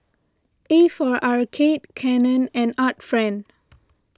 A for Arcade Canon and Art Friend